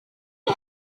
hen